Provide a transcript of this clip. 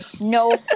no